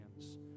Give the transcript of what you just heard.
hands